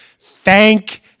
Thank